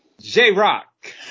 J-Rock